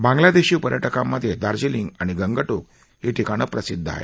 बांगलादेशी पर्यटकांमध्ये दार्जिलिंग आणि गंगटोक ही ठिकाणं प्रसिद्ध आहेत